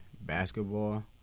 basketball